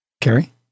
Carrie